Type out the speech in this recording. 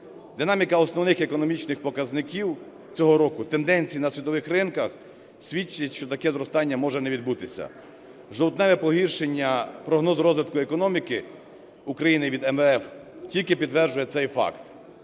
Динаміка основних економічних показників цього року, тенденції на світових ринках свідчать, що таке зростання може не відбутися. Жовтневе погіршення прогнозу розвитку економіки України від МВФ тільки підтверджує цей факт.